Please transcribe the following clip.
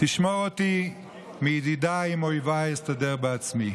שמור אותי מידידיי, מאויביי אסתדר בעצמי.